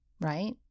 right